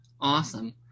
Awesome